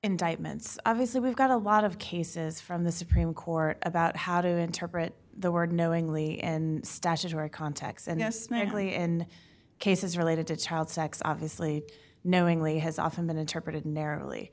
indictments obviously we've got a lot of cases from the supreme court about how to interpret the word knowingly and statutory contacts and this may actually in cases related to child sex obviously knowingly has often been interpreted narrowly